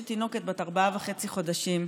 יש לי תינוקת בת ארבעה וחצי חודשים.